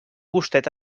gustet